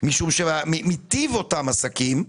משום שאותם עסקים,